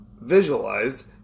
visualized